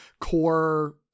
core